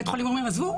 בית חולים אומר עזבו,